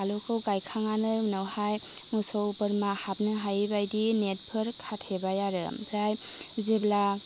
आलुखौ गायखांनानै उनावहाय मोसौ बोरमा हाबनो हायैबायदि नेटफोर खाथेबाय आरो आमफ्राय जेब्ला